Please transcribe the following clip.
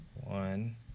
One